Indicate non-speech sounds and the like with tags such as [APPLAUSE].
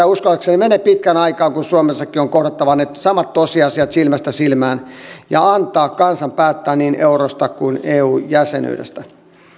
[UNINTELLIGIBLE] uskoakseni mene pitkän aikaa kun suomessakin on kohdattava ne samat tosiasiat silmästä silmään ja annettava kansan päättää niin eurosta kuin eu jäsenyydestäkin